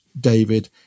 David